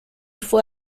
fue